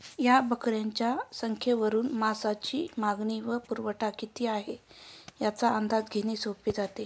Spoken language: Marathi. या बकऱ्यांच्या संख्येवरून मांसाची मागणी व पुरवठा किती आहे, याचा अंदाज घेणे सोपे जाते